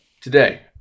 today